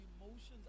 emotions